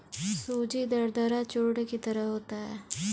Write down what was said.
सूजी दरदरा चूर्ण की तरह होता है